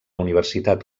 universitat